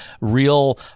real